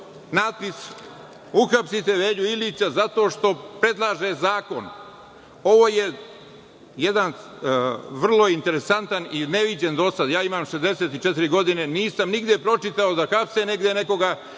natpis „Uhapsite Velju Ilića zato što predlaže zakon“. Ovo je jedan vrlo interesantan i neviđen do sada. Ja imam 64 godine, nisam nigde pročitao da hapse negde nekoga,